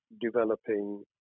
developing